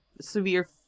severe